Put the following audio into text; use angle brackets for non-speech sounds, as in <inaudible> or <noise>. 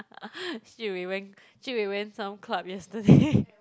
<laughs> Jun-Wei went Jun-Wei went some club yesterday <laughs>